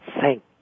Thank